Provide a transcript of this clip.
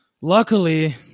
luckily